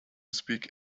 speak